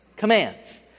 commands